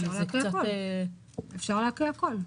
זה קצת --- אפשר להקריא הכול.